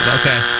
Okay